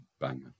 banger